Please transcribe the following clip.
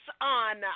on